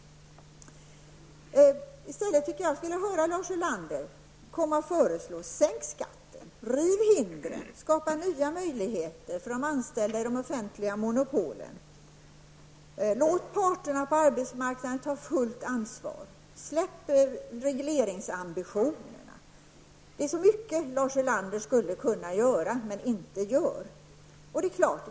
I stället skulle jag vilja höra Lars Ulander säga: Sänk skatten, riv hindren och skapa nya möjligheter för de anställda inom de offentliga monopolen! Låt parterna på arbetsmarknaden helt och fullt ta sitt ansvar och släpp regleringsambitionerna! Ja, det är många saker som Lars Ulander skulle kunna göra men som han inte gör.